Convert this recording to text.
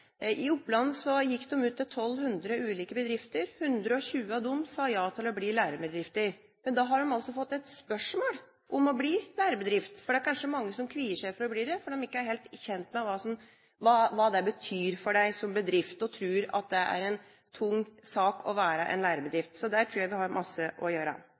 I Oppland gikk de ut til 1 200 ulike bedrifter. 120 av dem sa ja til å bli lærebedrifter. Men da har de altså fått et spørsmål om å bli lærebedrift. Det er mange som kvier seg for å bli lærebedrift fordi de ikke er helt kjent med hva det betyr for dem som bedrift, og de tror kanskje at det er en tung sak å være en lærebedrift. Så der tror jeg vi har mye å gjøre.